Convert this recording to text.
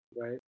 right